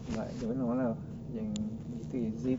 but I don't know lah yang is it